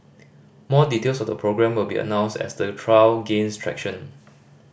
more details of the programme will be announced as the trial gains traction